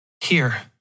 Here